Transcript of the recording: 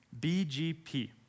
BGP